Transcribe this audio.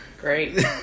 Great